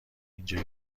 اینجا